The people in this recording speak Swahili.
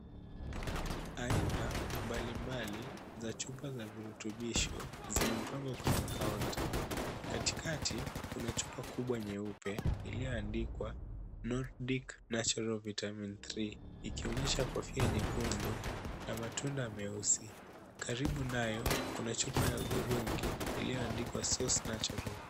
Aina mbalimbali za chupa za virutubisho zimepangwa kwenye kaunta. Katikati kuna chupa kubwa nyeupe iliyoandikwa Nordic natural vitamin three ikionyesha kofia nyekundu na matunda meusi .Karibu nayo kuna chupa ya hudhurungi iliyoandikwa sauce natural .